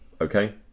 okay